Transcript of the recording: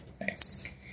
Nice